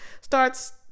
starts